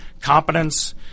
competence